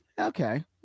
Okay